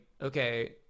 okay